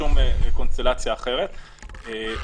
ברור.